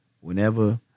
whenever